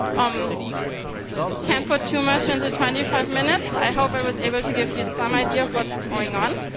um can't put too much into twenty five minutes. i hope i was able to give you some idea of what is going on.